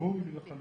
ברור לי לחלוטין.